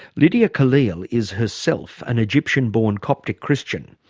lydia khalil is herself an egyptian-born coptic christian.